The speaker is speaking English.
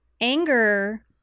anger